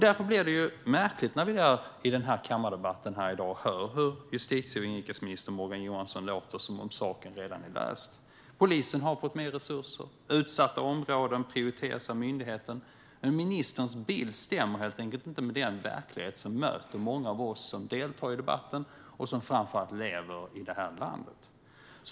Därför blir det märkligt när vi i den här kammardebatten hör hur justitie och inrikesminister Morgan Johansson låter som om saken redan vore löst - polisen har fått mer resurser, och utsatta områden prioriteras av myndigheten! Men ministerns bild stämmer helt enkelt inte med den verklighet som möter många av oss som deltar i debatten och som framför allt lever i det här landet.